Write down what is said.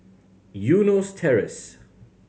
Eunos Terrace